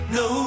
no